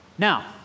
Now